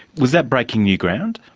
was that breaking new ground?